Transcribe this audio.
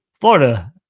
Florida